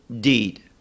deed